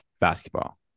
basketball